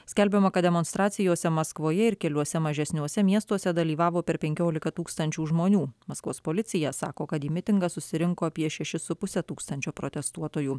skelbiama kad demonstracijose maskvoje ir keliuose mažesniuose miestuose dalyvavo per penkiolika tūkstančių žmonių maskvos policija sako kad į mitingą susirinko apie šešis su puse tūkstančio protestuotojų